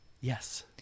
yes